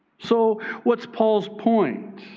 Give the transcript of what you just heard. so what's paul's point?